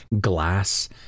glass